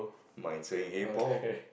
mine is saying hey Paul